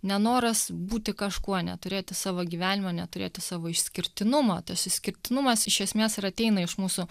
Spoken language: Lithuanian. nenoras būti kažkuo neturėti savo gyvenimo neturėti savo išskirtinumo tas išskirtinumas iš esmės ir ateina iš mūsų